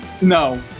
No